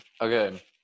okay